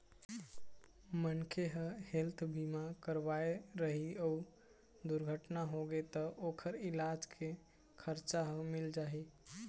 मनखे ह हेल्थ बीमा करवाए रही अउ दुरघटना होगे त ओखर इलाज के खरचा ह मिल जाही